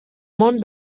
món